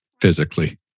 physically